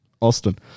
Austin